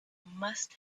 must